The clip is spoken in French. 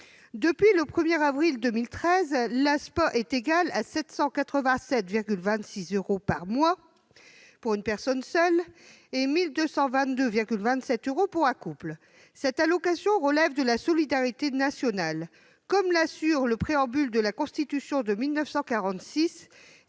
Depuis le 1 avril 2013, l'ASPA est égale à 787,26 euros par mois pour une personne seule et à 1 222,27 euros pour un couple. Cette allocation relève de la solidarité nationale, conformément au préambule de la Constitution de 1946,